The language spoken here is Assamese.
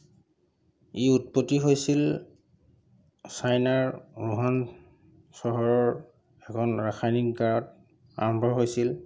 ই উৎপত্তি হৈছিল চাইনাৰ উহান চহৰৰ এখন ৰাসায়নিকগাৰত আৰম্ভ হৈছিল